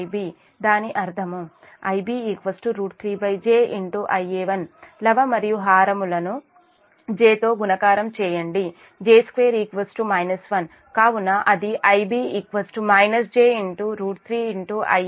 దాని అర్థముIb 3j Ia1 లవ మరియు హారాలను j తో గుణకారం చేయండిj2 1 కాబట్టి అది Ib j 3 Ia1 అవుతుంది